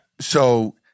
So-